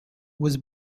was